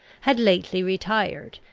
had lately retired,